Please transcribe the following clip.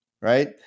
right